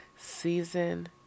season